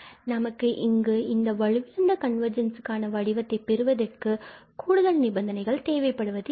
நமக்கு இங்கு இந்த வலுவிழந்த கன்வர்ஜென்ஸ்க்கான வடிவத்தை பெறுவதற்கு கூடுதல் நிபந்தனைகள் தேவைப்படுவது இல்லை